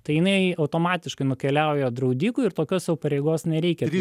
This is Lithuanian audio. tai jinai automatiškai nukeliauja draudikui ir tokios jau pareigos nereikia